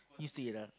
used to it ah